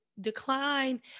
decline